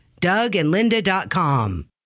DougAndLinda.com